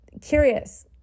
curious